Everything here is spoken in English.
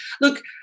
look